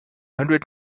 hundred